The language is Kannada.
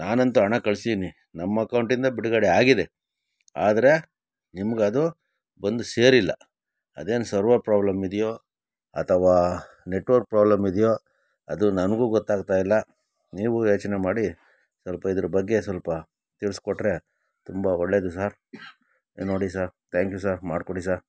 ನಾನಂತೂ ಹಣ ಕಳ್ಸಿದೀನಿ ನಮ್ಮ ಅಕೌಂಟಿಂದ ಬಿಡುಗಡೆ ಆಗಿದೆ ಆದರೆ ನಿಮ್ಗೆ ಅದು ಬಂದು ಸೇರಿಲ್ಲ ಅದೇನು ಸರ್ವರ್ ಪ್ರಾಬ್ಲಮ್ ಇದೆಯೋ ಅಥವಾ ನೆಟ್ವರ್ಕ್ ಪ್ರಾಬ್ಲಮ್ ಇದೆಯೋ ಅದು ನನಗೂ ಗೊತ್ತಾಗ್ತಾಯಿಲ್ಲ ನೀವೂ ಯೋಚನೆ ಮಾಡಿ ಸ್ವಲ್ಪ ಇದ್ರ ಬಗ್ಗೆ ಸ್ವಲ್ಪ ತಿಳ್ಸಿಕೊಟ್ರೆ ತುಂಬ ಒಳ್ಳೆಯದು ಸಾರ್ ಏನೋ ನೋಡಿ ಸಾರ್ ತ್ಯಾಂಕ್ ಯು ಸಾರ್ ಮಾಡಿಕೊಡಿ ಸಾರ್